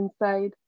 inside